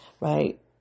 Right